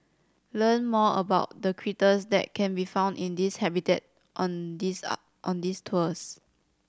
learn more about the critters that can be found in this habitat on these up on these tours